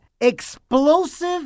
explosive